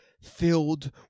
filled